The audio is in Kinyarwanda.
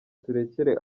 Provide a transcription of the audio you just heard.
turekere